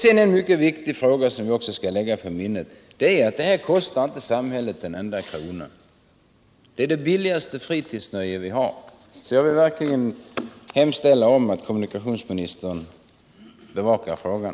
Vidare en mycket viktig sak, som vi också skall lägga på minnet: Fritidsfisket kostar inte samhället en enda krona. Det är det billigaste fritidsnöje vi har. Jag vill alltså verkligen hemställa att kommunikationsministern bevakar frågan.